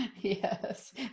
Yes